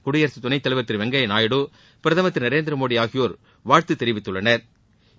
குடியரசு துணைத்தலைவர் திரு வெங்கையா நாயுடு பிரதமா் திரு நரேந்திரமோடி ஆகியோா் வாழ்த்து தெரிவித்துள்ளனா்